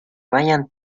vayan